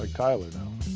ah tyler now.